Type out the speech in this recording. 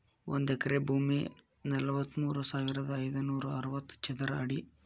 ಒಂದ ಎಕರೆ ಭೂಮಿ ನಲವತ್ಮೂರು ಸಾವಿರದ ಐದನೂರ ಅರವತ್ತ ಚದರ ಅಡಿ